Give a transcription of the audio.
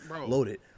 loaded